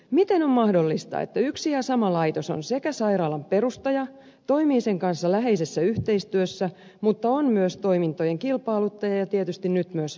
miten on mahdollista että yksi ja sama laitos on sairaalan perustaja toimii sen kanssa läheisessä yhteistyössä mutta on myös toimintojen kilpailuttaja ja tietysti nyt myös velkoja